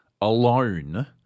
alone